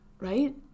Right